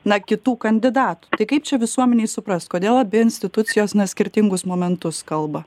na kitų kandidatų tai kaip čia visuomenei suprast kodėl abi institucijos na skirtingus momentus kalba